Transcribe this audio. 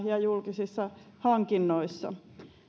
ja julkisissa hankinnoissa